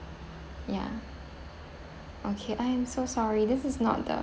ya okay I am so sorry this is not the